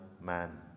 man